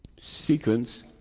sequence